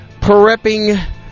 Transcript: prepping